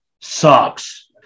sucks